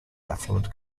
affluent